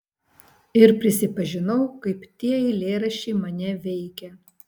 ir prisipažinau kaip tie eilėraščiai mane veikia